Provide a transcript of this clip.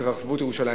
התרחבות ירושלים.